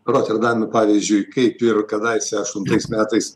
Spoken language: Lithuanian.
roterdame pavyzdžiui kaip ir kadaise aštuntais metais